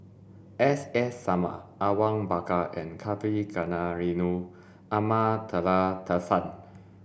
S S Sarma Awang Bakar and Kavignareru Amallathasan